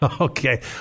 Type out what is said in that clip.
Okay